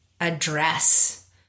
address